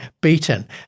beaten